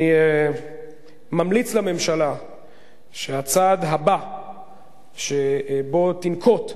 אני ממליץ לממשלה שהצעד הבא שתנקוט,